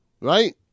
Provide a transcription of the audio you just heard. Right